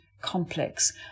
complex